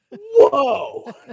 Whoa